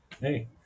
Hey